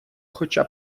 хоча